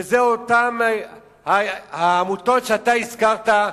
שזה אותן העמותות שאתה הזכרת,